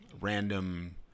random